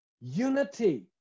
Unity